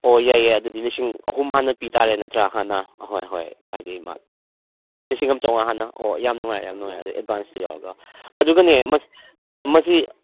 ꯑꯣ ꯌꯥꯏ ꯌꯥꯏ ꯑꯗꯨꯗꯤ ꯂꯤꯁꯤꯡ ꯑꯍꯨꯝ ꯍꯥꯟꯅ ꯄꯤ ꯇꯥꯔꯦꯅꯦ ꯅꯠꯇ꯭ꯔꯥ ꯍꯥꯟꯅ ꯑꯍꯣꯏ ꯍꯣꯏ ꯍꯥꯏꯗꯤ ꯃꯥ ꯂꯤꯁꯤꯡ ꯑꯃ ꯆꯥꯝꯃꯉꯥ ꯍꯥꯟꯅ ꯑꯣ ꯌꯥꯝ ꯅꯨꯡꯉꯥꯏꯔꯦ ꯌꯥꯝ ꯅꯨꯡꯉꯥꯏꯔꯦ ꯑꯗ ꯑꯦꯗꯚꯥꯟꯁꯁꯨ ꯌꯥꯎꯔꯒ ꯑꯗꯨꯒꯅꯦ ꯃꯁꯤ